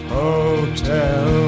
hotel